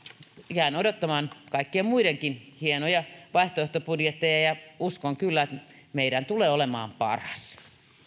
jään odottamaan kaikkien muidenkin hienoja vaihtoehtobudjetteja uskon kyllä että meidän tulee olemaan paras